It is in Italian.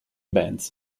benz